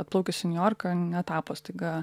atplaukęs į niujorką netapo staiga